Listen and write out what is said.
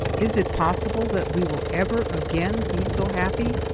is it possible that we will ever again be so happy?